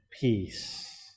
peace